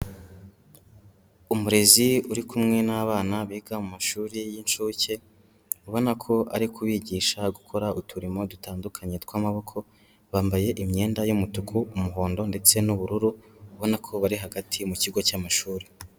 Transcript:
Umurezi uri kumwe n'abana biga mu mashuri y'inshuke, ubona ko ari kubigisha gukora uturimo dutandukanye tw'amaboko, bambaye imyenda y'umutuku, umuhondo ndetse n'ubururu, ubona ko bari hagati mu kigo cy'amashuri.